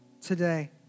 today